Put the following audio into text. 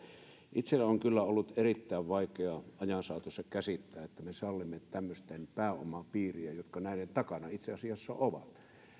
itseni on kyllä ollut erittäin vaikea ajan saatossa käsittää että me sallimme tämmöisten pääomapiirien jotka näiden takana itse asiassa ovat